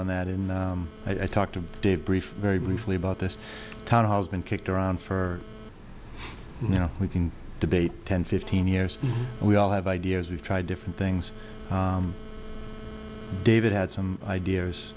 on that in i talked to dave brief very briefly about this town has been kicked around for you know we can debate ten fifteen years we all have ideas we've tried different things david had some ideas